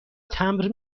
تمبر